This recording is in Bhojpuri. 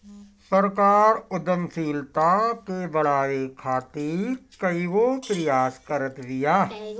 सरकार उद्यमशीलता के बढ़ावे खातीर कईगो प्रयास करत बिया